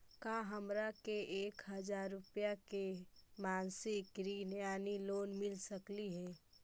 का हमरा के एक हजार रुपया के मासिक ऋण यानी लोन मिल सकली हे?